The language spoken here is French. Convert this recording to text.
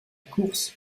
course